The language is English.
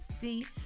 see